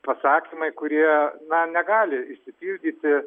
pasakymai kurie na negali išsipildyti